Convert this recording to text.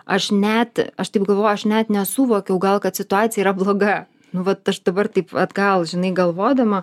aš net aš taip galvoju aš net nesuvokiau gal kad situacija yra bloga nu vat aš dabar taip atgal žinai galvodama